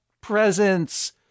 presents